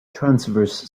transverse